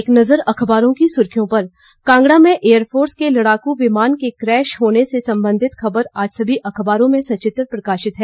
एक नज़र अखबारों की सुर्खियों पर कांगड़ा में एयरफोर्स के लड़ाकू विमान के क्रैश होने से संबंधित खबर आज सभी अखबारों में सचित्र प्रकाशित है